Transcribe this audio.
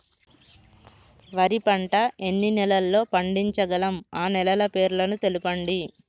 వరి పంట ఎన్ని నెలల్లో పండించగలం ఆ నెలల పేర్లను తెలుపండి?